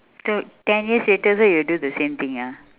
so ten years later so you'll do the same thing ah